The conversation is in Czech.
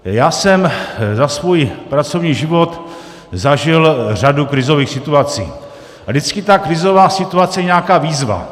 Já jsem za svůj pracovní život zažil řadu krizových situací a vždycky ta krizová situace je nějaká výzva.